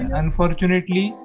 unfortunately